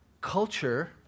culture